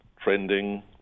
trending